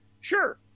Sure